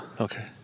Okay